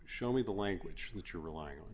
show me the language which you're relying on